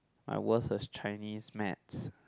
my worst was Chinese maths